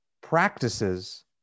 practices